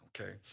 Okay